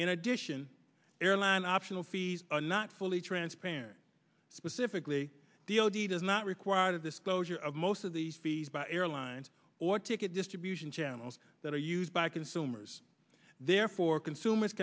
in addition airline optional fees are not fully transparent specifically the o t does not require this closure of most of the fees by airlines or ticket attributes in channels that are used by consumers therefore consumers